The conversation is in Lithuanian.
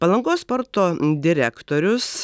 palangos sporto direktorius